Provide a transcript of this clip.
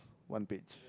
one page